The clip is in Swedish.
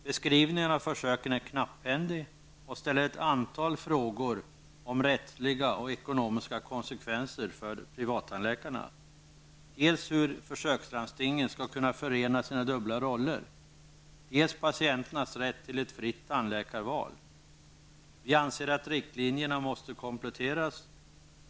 Beskrivningen av försöken är knapphändig och ställer ett antal frågor om rättsliga och ekonomiska konsekvenser för privattandläkarna: dels hur försökslandstingen skall kunna förena sina dubbla roller, dels patienternas rätt till ett fritt tandläkarval. Riktlinjerna måste kompletteras.